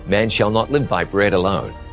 man shall not live by bread alone,